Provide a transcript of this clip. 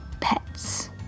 pets